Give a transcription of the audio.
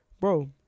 Bro